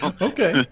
Okay